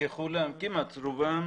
כמעט רובם,